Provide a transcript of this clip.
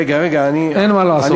רגע, רגע, אין מה לעשות.